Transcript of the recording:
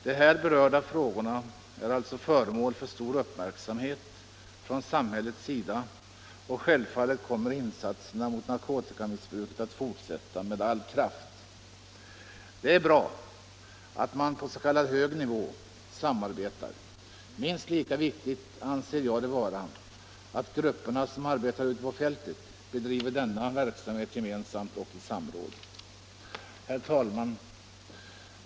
De här berörda frågorna är alltså föremål för stor uppmärksamhet från samhällets sida, och självfallet kommer insatserna mot narkotikamissbruket att fortsätta med all kraft.” Det är bra att man samarbetar på s.k. hög nivå. Men minst lika viktigt anser jag det vara att grupperna som är verksamma ute på fältet bedriver sitt arbete gemensamt och i samråd. Herr talman!